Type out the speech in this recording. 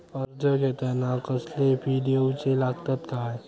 कर्ज घेताना कसले फी दिऊचे लागतत काय?